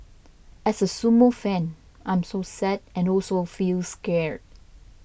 as a sumo fan I am so sad and also feel scared